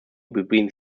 between